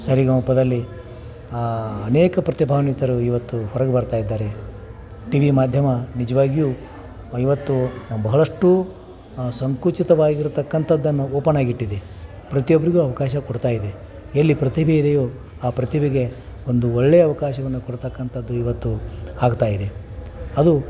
ಸರಿಗಮಪದಲ್ಲಿ ಅನೇಕ ಪ್ರತಿಭಾನ್ವಿತರು ಇವತ್ತು ಹೊರಗೆ ಬರ್ತಾ ಇದ್ದಾರೆ ಟಿವಿ ಮಾಧ್ಯಮ ನಿಜವಾಗಿಯೂ ಇವತ್ತು ಬಹಳಷ್ಟು ಸಂಕುಚಿತವಾಗಿ ಇರತಕ್ಕಂಥದನ್ನ ಓಪನಾಗಿ ಇಟ್ಟಿದೆ ಪ್ರತಿಯೊಬ್ಬರಿಗೂ ಅವಕಾಶ ಕೊಡ್ತಾ ಇದೆ ಎಲ್ಲಿ ಪ್ರತಿಭೆ ಇದೆಯೋ ಆ ಪ್ರತಿಭೆಗೆ ಒಂದು ಒಳ್ಳೆಯ ಅವಕಾಶವನ್ನ ಕೊಡತಕ್ಕಂಥದ್ದು ಇವತ್ತು ಆಗ್ತಾ ಇದೆ ಅದು